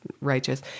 righteous